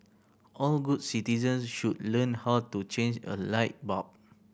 all good citizens should learn how to change a light bulb